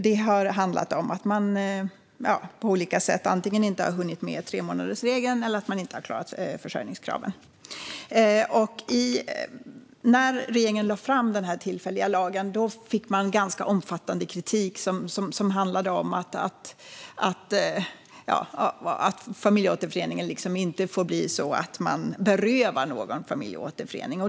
Det har handlat om att man på olika sätt antingen inte hunnit med tremånadersregeln eller inte klarat försörjningskraven. När regeringen lade fram den tillfälliga lagen fick man ganska omfattande kritik som handlade om att det inte får bli så att man berövar någon familjeåterförening.